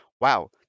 wow